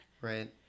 Right